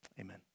Amen